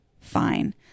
fine